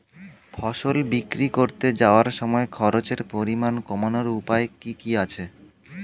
ফসল বিক্রি করতে যাওয়ার সময় খরচের পরিমাণ কমানোর উপায় কি কি আছে?